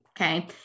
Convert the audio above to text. okay